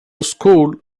school